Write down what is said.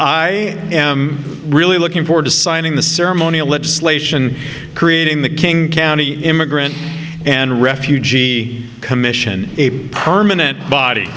i am really looking forward to signing the ceremonial legislation creating the king county immigrant and refugee commission a permanent body